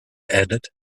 added